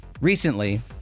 recently